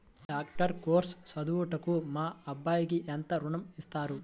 Doctor course చదువుటకు మా అబ్బాయికి ఎంత ఋణం ఇస్తారు?